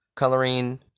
Coloring